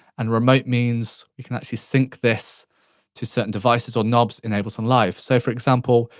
and remote means we can actually sync this to certain devices or knobs in ableton live. so, for example,